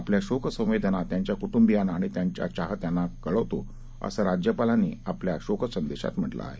आपल्या शोकसंवेदना त्यांच्या कुटुंबियांना आणि त्यांच्या चाहत्यांना कळवतो असे राज्यपालांनी आपल्या शोकसंदेशात म्हटले आहे